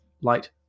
light